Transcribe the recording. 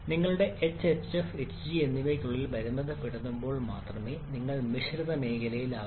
നിങ്ങളുടെ h hf hg എന്നിവയ്ക്കുള്ളിൽ പരിമിതപ്പെടുത്തുമ്പോൾ മാത്രമേ നിങ്ങൾ മിശ്രിത മേഖലയിലാകൂ